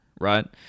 right